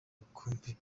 rukumbi